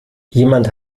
jemand